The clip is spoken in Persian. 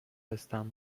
هستم